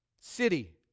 City